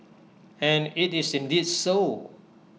and IT is indeed so